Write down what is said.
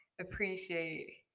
appreciate